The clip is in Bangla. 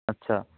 আচ্ছা